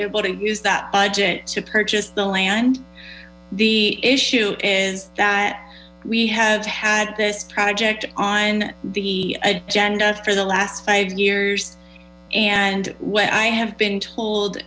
able to use that budget to purchase the land the issue is that we have had this project on the agenda for the last five years and what i have been told